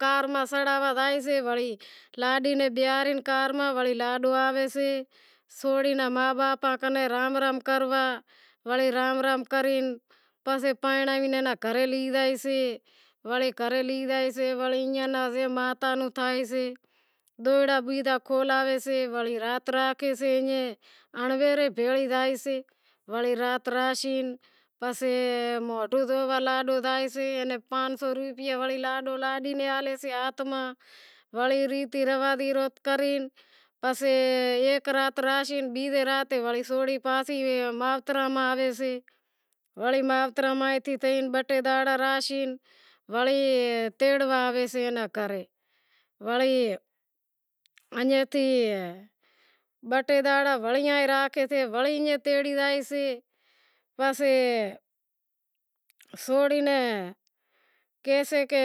کار میں سڑاواں زائیسے وڑی لاڈی نیں بیہارے کار ماں وڑے لاڈو آوے سے سوڑی ناں ما باپ کنیں رام رام کروا وڑے رام رام کرے پسے پرنڑاوی ایئے ناں گھرے لی زائیسے وڑے گھرے ای دوہیڑا بیزا کھولائیسے انڑہوئار بھی بھیگی زایشے وڑی رات راکھے مونڈو زوونڑ لاڈو زائیسے وڑی پانس سو روپیا لاڈو لاڈی ناں لاہیشے وڑی ریتی رواز کری پسے ایک رات راہشیں پسے بیزی رات سوری پاچھی مائتراں میں آوشے وڑی مایتراں ماں تھی بہ ٹے دہاڑا راہشیں وڑی تیڑوا آوشے گھرے ایئں تھی بہ ٹے دہاڑا وڑی راکھے سیں وڑی ایئں تیڑی زائیسے پسے سوڑی نی کہیسے کہ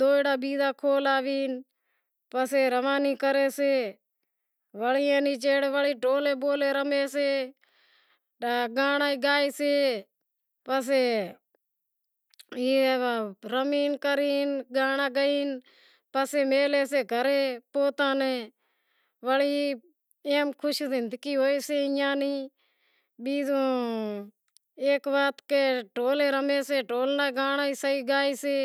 دوہڑا بیزا کھولاوی وڑی روانی کریسے وڑی ڈھولے رمے سے گانڑا گائیسے پسے ایئے رمی کری گانڑا گائی پسے میلے سے گھرے پوہتاں نی وڑی ایم خوش زندگی ہوئیسے ایئاں نی بیزو ایک وات کہ ڈھولے رمے سے